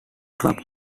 club